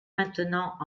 maintenant